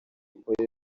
kuko